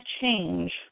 change